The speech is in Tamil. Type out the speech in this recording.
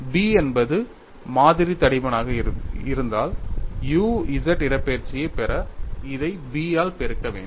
B என்பது மாதிரி தடிமனாக இருந்தால் u z இடப்பெயர்ச்சியைப் பெற இதை B ஆல் பெருக்க வேண்டும்